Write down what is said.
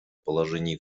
положении